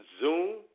Zoom